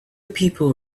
people